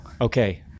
Okay